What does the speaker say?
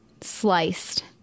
sliced